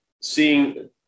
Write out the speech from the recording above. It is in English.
seeing